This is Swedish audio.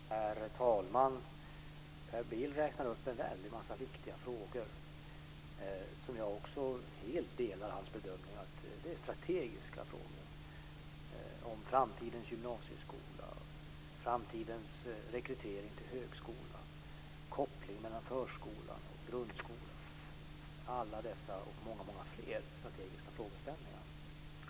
Herr talman! Per Bill räknar upp en väldig massa viktiga frågor, som jag helt delar hans bedömning är strategiska frågor, om framtidens gymnasieskola, framtidens rekrytering till högskolan, kopplingen mellan förskolan och grundskolan - alla dessa och många, många fler strategiska frågeställningar. Det gäller alla dessa, och många fler, strategiska frågeställningar.